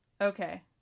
okay